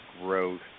growth